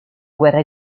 guerra